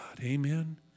Amen